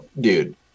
Dude